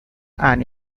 and